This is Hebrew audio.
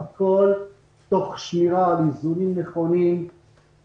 והכול תוך שמירה על איזונים נכונים,